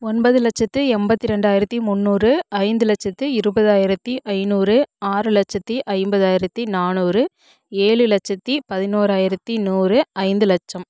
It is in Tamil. ஒன்பது லட்சத்து எண்பத்தி ரெண்டாயிரத்தி முன்னூறு ஐந்து லட்சத்து இருபதாயிரத்தி ஐநூறு ஆறு லட்சத்தி ஐம்பதாயிரத்தி நானூறு ஏழு லட்சத்தி பதினோராயிரத்தி நூறு ஐந்து லட்சம்